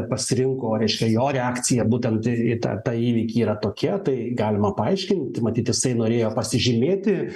pasirinko reiškia jo reakcija būtent į tą tą įvykį yra tokia tai galima paaiškint matyt jisai norėjo pasižymėti